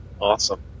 Awesome